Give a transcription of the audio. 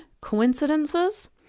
coincidences